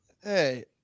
Hey